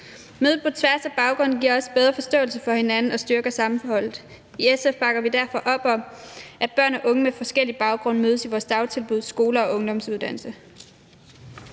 Mødet på tværs af baggrunde giver også en bedre forståelse for hinanden og styrker sammenholdet. I SF bakker vi derfor op om, at børn og unge med forskellige baggrunde mødes i vores dagtilbud, skoler og ungdomsuddannelser.